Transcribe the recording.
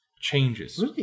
Changes